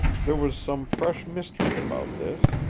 there was some fresh mystery about this.